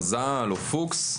מזל או פוקס,